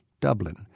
Dublin